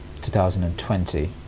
2020